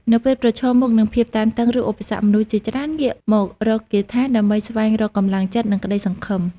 នៅពេលប្រឈមមុខនឹងភាពតានតឹង ឬឧបសគ្គ មនុស្សជាច្រើនងាកមករកគាថាដើម្បីស្វែងរកកម្លាំងចិត្តនិងក្តីសង្ឃឹម។